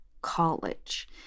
college